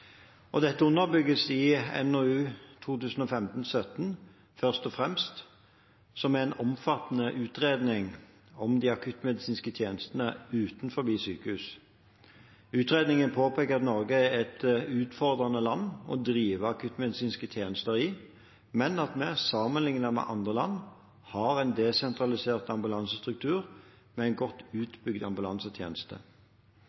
Dette underbygges i NOU 2015: 17, Først og fremst, som er en omfattende utredning om de akuttmedisinske tjenestene utenfor sykehus. Utredningen påpeker at Norge er et utfordrende land å drive akuttmedisinske tjenester i, men at vi, sammenliknet med andre land, har en desentralisert ambulansestruktur med en godt